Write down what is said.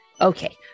Okay